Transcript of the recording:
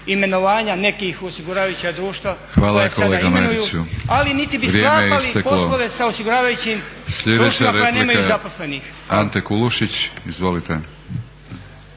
Hvala kolega Mariću. Vrijeme je isteklo. Sljedeća replika Ante Kulušić, izvolite.